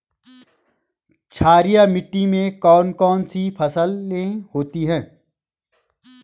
क्षारीय मिट्टी में कौन कौन सी फसलें होती हैं?